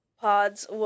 pods